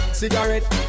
cigarette